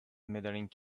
medaling